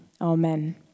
amen